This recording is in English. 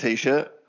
T-shirt